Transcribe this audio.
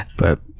but,